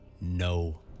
No